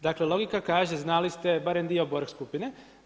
Dakle, logika kaže znali ste barem dio Borg skupine.